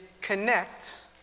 connect